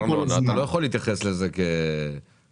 אתה לא יכול להתייחס לזה כנתון.